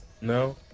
no